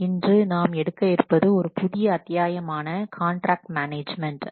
இன்று நாம் எடுக்க இருப்பது ஒரு புதிய அத்தியாயமான காண்ட்ராக்ட் மேனேஜ்மென்ட்